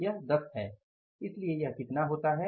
यह 10 है इसलिए यह कितना होता है